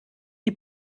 die